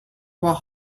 about